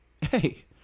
Hey